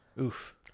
Oof